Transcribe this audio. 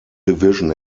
division